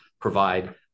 provide